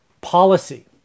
policy